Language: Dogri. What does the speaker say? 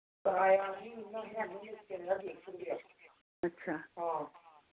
अच्छा